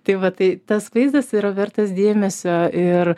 tai vat tai tas vaizdas yra vertas dėmesio ir